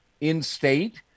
in-state